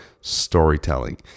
storytelling